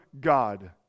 God